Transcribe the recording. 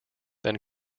then